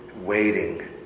waiting